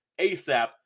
ASAP